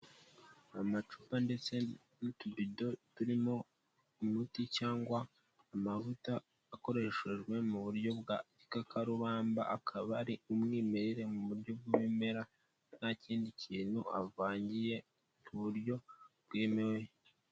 Amacupa ndetse n'utubido turimo umuti cyangwa amavuta akoreshejwe mu buryo bwa gikarubamba akaba ari umwimerere mu buryo bw'ibimera nta kindi kintu avangiye mu buryo bwemewe.